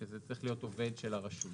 שזה צריך להיות עובד של הרשות